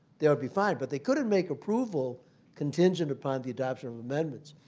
they would be fine. but they couldn't make approval contingent upon the adoption of amendments.